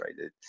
right